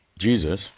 Jesus